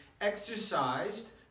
exercised